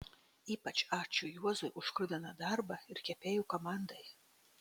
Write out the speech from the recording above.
ypač ačiū juozui už kruviną darbą ir kepėjų komandai